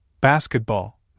basketball